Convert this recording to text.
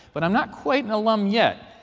but i'm not quite an alum yet.